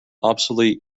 obsolete